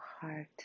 heart